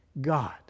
God